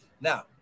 Now